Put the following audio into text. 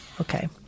Okay